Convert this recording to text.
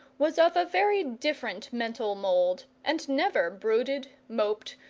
was of a very different mental mould, and never brooded, moped,